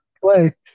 play